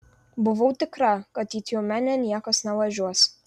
buvau tikra kad į tiumenę niekas nevažiuos